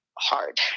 hard